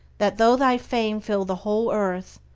that though thy fame fill the whole earth,